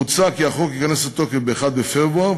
מוצע כי החוק ייכנס לתוקף ב-1 בפברואר,